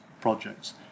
projects